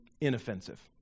inoffensive